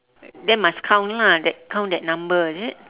then must count lah that count that number is it